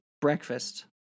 breakfast